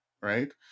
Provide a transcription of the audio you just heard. right